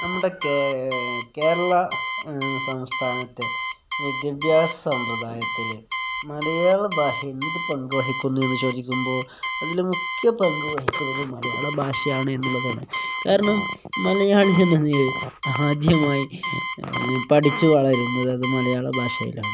നമ്മുടെ കേരള സംസ്ഥാനത്തെ വിദ്യാഭ്യാസ സമ്പ്രദായത്തില് മലയാള ഭാഷ എന്തു പങ്കു വഹിക്കുന്നു എന്നു ചോദിക്കുമ്പോൾ അതില് മുഖ്യ പങ്കു വഹിക്കുന്നത് മലയാള ഭാഷയാണ് എന്നുള്ളതാണ് കാരണം മലയാളി ആദ്യമായി പഠിച്ചു വളരുന്നത് അതു മലയാള ഭാഷയിലാണ്